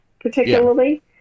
particularly